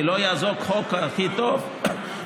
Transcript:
כי לא יעזור החוק הכי טוב,